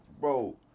bro